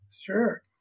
sure